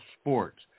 sports